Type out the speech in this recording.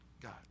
God